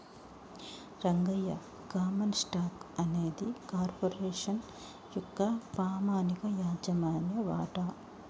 Rangayya common stock అనేది corporation యొక్క పామనిక యాజమాన్య వాట